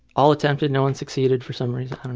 all attempted, no one's succeeded for some reason. i don't